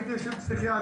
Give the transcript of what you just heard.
היית אצל פסיכיאטר.